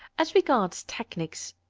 as regards technics,